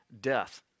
death